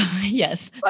Yes